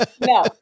No